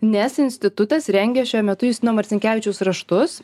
nes institutas rengia šiuo metu justino marcinkevičiaus raštus